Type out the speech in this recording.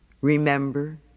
Remember